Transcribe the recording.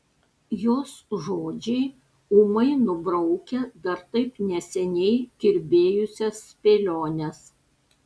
jos žodžiai ūmai nubraukia dar taip neseniai kirbėjusias spėliones